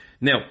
Now